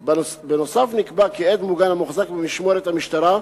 בנוסף, נקבע כי עד מוגן המוחזק במשמורת המשטרה,